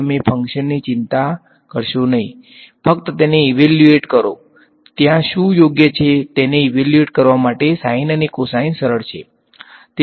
ત્યાં શું યોગ્ય છે તેને ઈવેલ્યુએટ કરવા માટે sin અને cos સરળ છે